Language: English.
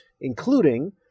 including